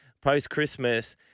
post-Christmas